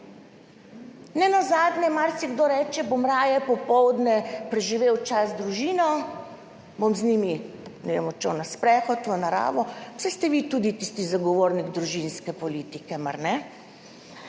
Nenazadnje marsikdo reče, bom raje popoldne preživel čas z družino, bom z njimi, ne vem, odšel na sprehod v naravo, saj ste vi tudi tisti zagovornik družinske politike, mar ne?